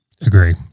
Agree